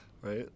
right